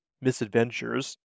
misadventures